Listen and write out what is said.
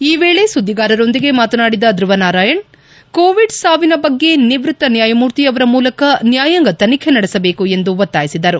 ಈ ವೇಳೆ ಸುದ್ದಿಗಾರರೊಂದಿಗೆ ಮಾತನಾಡಿದ ಧ್ಯವನಾರಾಯಣ್ ಕೋವಿಡ್ ಸಾವಿನ ಬಗ್ಗೆ ನಿವೃತ್ತ ನ್ಯಾಯಮೂರ್ತಿಯವರ ಮೂಲಕ ನ್ಲಾಯಾಂಗ ತನಿಖೆ ನಡೆಸಬೇಕು ಎಂದು ಒತ್ತಾಯಿಸಿದರು